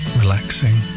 relaxing